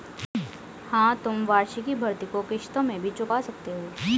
हाँ, तुम वार्षिकी भृति को किश्तों में भी चुका सकते हो